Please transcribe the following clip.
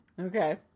Okay